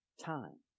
Time